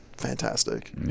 fantastic